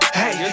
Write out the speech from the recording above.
hey